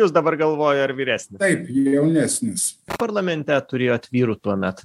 jus dabar galvoju ar vyresnis taip jaunesnis parlamente turėjot vyrų tuomet